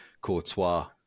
Courtois